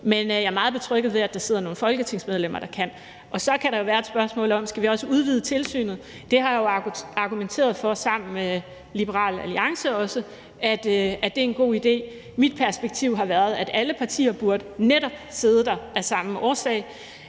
men jeg er meget betrygget ved, at der sidder nogle folketingsmedlemmer, der kan få det at vide. Og så kan der jo være et spørgsmål om, om vi også skal udvide tilsynet. Det har jeg jo argumenteret for sammen med Liberal Alliance er en god idé. Mit perspektiv har været, at alle partier netop burde sidde der af samme årsag.